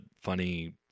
funny